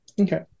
Okay